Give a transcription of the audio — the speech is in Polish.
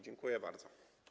Dziękuję bardzo.